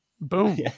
Boom